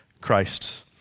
Christ